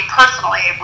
personally